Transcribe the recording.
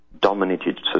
dominated